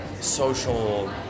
social